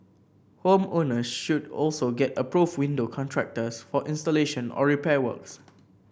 home owners should also get approved window contractors for installation or repair works